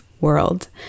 world